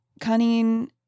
cunning